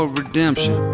redemption